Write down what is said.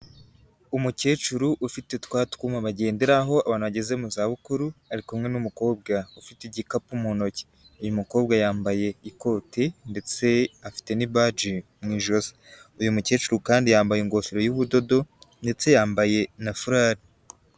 Umukecuru ufite twa twuma bagenderahora abantu bageze mu za bukuru, ari kumwe n'umukobwa ufite igikapu mu ntoki, uyu mukobwa yambaye ikoti ndetse afite n'ibaji mu ijosi, uyu mukecuru kandi yambaye ingofero y'ubudodo ndetse yambaye na furari.